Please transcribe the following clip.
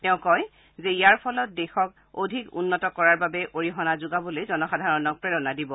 তেওঁ কয় যে ইয়াৰ ফলত দেশক অধিক উন্নত কৰাৰ বাবে অৰিহণা যোগাবলৈ জনসাধাৰণক প্ৰেৰণা দিব